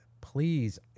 please